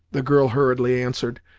the girl hurriedly answered,